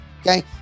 Okay